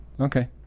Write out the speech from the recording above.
Okay